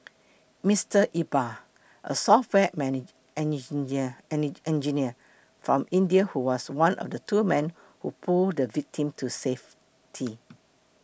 Mister Iqbal a software engineer from India who was one of two men who pulled the victim to safety